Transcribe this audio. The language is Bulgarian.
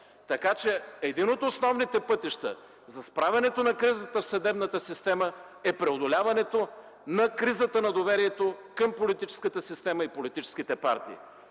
Така че един от основните пътища за справянето на кризата в съдебната система, е преодоляването на кризата в доверието към политическата система и политическите партии.